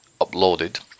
uploaded